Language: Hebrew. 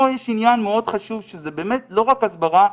פה יש עניין מאוד חשוב, שזה לא רק הסברה,